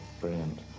Brilliant